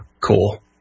cool